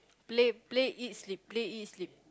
play play play eat sleep play eat sleep